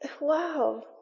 Wow